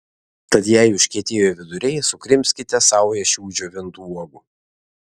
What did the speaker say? tad jei užkietėjo viduriai sukrimskite saują šių džiovintų uogų